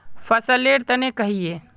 फसल लेर तने कहिए?